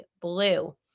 blue